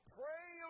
pray